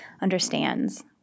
understands